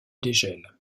dégel